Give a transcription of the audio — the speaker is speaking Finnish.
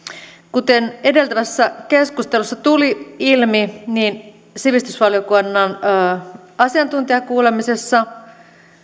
kuten edeltävässä keskustelussa tuli ilmi sivistysvaliokunnan asiantuntijakuulemisessa